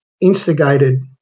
instigated